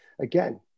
again